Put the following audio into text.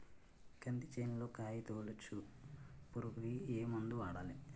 కంది చేనులో కాయతోలుచు పురుగుకి ఏ మందు వాడాలి?